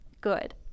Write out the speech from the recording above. Good